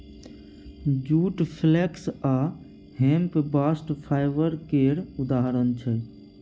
जुट, flax आ hemp bast fibre केर उदाहरण छै